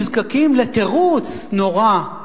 נזקקים לתירוץ נורא,